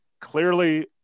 clearly